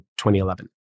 2011